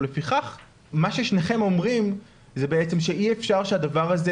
לפיכך מה ששניכם אומרים זה שאי אפשר שהדבר הזה